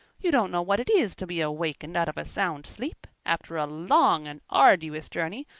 you don't know what it is to be awakened out of a sound sleep, after a long and arduous journey,